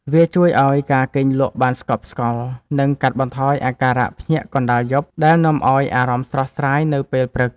វាជួយឱ្យការគេងលក់បានស្កប់ស្កល់ និងកាត់បន្ថយអាការៈភ្ញាក់កណ្ដាលយប់ ដែលនាំឱ្យអារម្មណ៍ស្រស់ស្រាយនៅពេលព្រឹក។